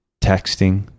texting